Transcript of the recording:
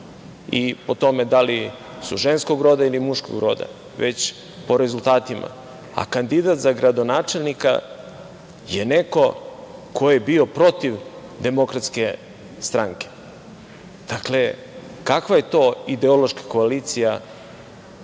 i po tome da li su ženskog roda ili muškog roda, već po rezultatima, a kandidat za gradonačelnika je neko ko je bio protiv DS. Dakle, kakva je to ideološka koalicija?